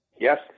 Yes